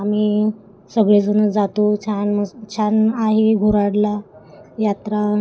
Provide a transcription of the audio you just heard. आम्ही सगळेजण जातो छान मस् छान आहे घोराडला यात्रा